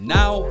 now